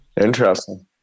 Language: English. Interesting